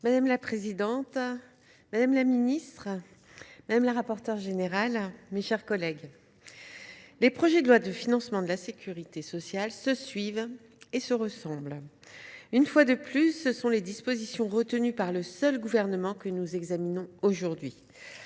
Madame la présidente, madame la ministre, mes chers collègues, les projets de loi de financement de la sécurité sociale se suivent et se ressemblent. Eh oui ! Une fois de plus, ce sont les dispositions retenues par le seul Gouvernement que nous examinons aujourd’hui.